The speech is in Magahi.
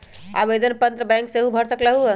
आवेदन पत्र बैंक सेहु भर सकलु ह?